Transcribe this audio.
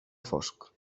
fosc